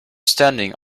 standing